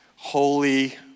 Holy